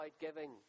giving